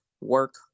work